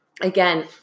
again